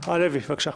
בוא נתווכח.